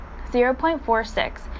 0.46